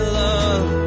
love